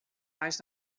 eins